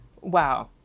Wow